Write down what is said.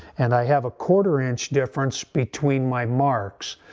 and i have a quarter inch difference between my marks.